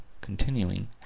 continuing